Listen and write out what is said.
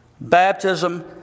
Baptism